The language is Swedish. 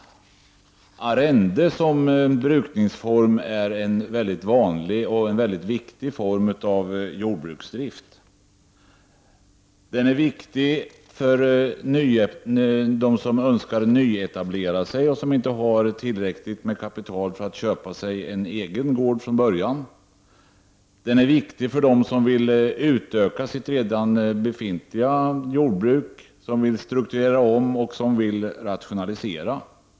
Arrende som brukningsform är en mycket vanlig och mycket viktig form av jordbruksdrift. Den är viktig för dem som önskar nyetablera sig och som inte har tillräckligt med kapital för att köpa en egen gård från början. Den är också viktig för dem som vill utöka sitt redan befintliga jordbruk, som vill strukturera om och som vill rationalisera.